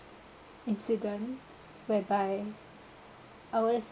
incident whereby I was